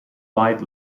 light